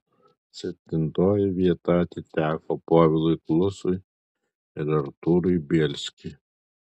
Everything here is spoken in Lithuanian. septintoji vieta atiteko povilui klusui ir artūrui bielskiui